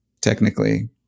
technically